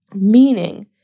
Meaning